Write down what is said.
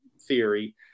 theory